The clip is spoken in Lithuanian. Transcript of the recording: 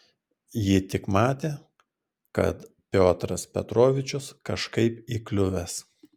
ji tik matė kad piotras petrovičius kažkaip įkliuvęs